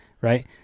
right